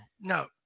No